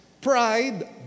Pride